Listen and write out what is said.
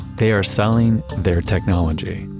they are selling their technology